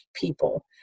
people